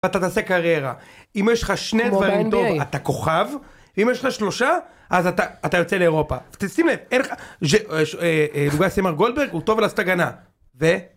אתה תעשה קריירה, אם יש לך שני דברים טוב, אתה כוכב, אם יש לך שלושה, אז אתה... אתה יוצא לאירופה. תשים לב, אין לך, דוגמא סמר גולדברג, הוא טוב לעשות הגנה, ו...